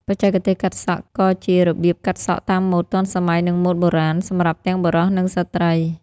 បច្ចេកទេសកាត់សក់ ក៏ជារបៀបកាត់សក់តាមម៉ូដទាន់សម័យ និងម៉ូដបុរាណ សម្រាប់ទាំងបុរស និងស្ត្រី។